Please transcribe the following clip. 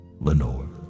Lenore